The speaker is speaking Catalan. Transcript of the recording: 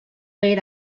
era